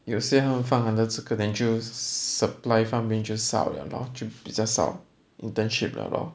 有些他们放 under 这个 then 就 s~ supply 方面就少了 lor 就少 internship 了 lor